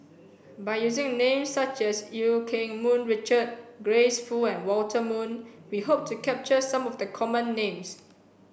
by using names such as Eu Keng Mun Richard Grace Fu and Walter Woon we hope to capture some of the common names